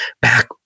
back